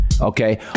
Okay